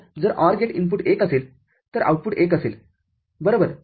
तरजर OR gate इनपुट१ असेल तर आउटपुट १ असेल बरोबर